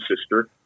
sister